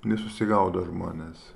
nesusigaudo žmonės